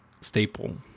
staple